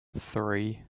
three